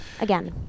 again